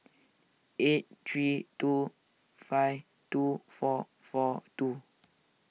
eight three two five two four four two